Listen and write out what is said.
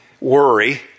worry